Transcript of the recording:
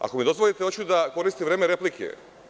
Ako mi dozvolite, hteo bih da koristim vreme replike?